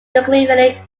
nucleophilic